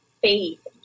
faith